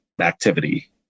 activity